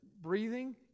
breathing